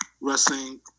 wrestling